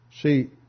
See